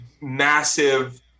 massive